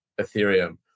Ethereum